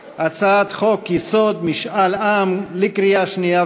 הזאת שלנו מעוגנת גם בדמוקרטיה שמנסה להיות